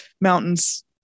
mountains